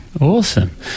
Awesome